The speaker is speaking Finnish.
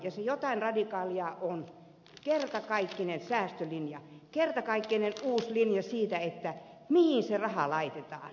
ja se jotain radikaalia on kertakaikkinen säästölinja kertakaikkinen uusi linja siitä mihin se raha laitetaan